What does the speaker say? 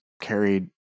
carried